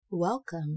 Welcome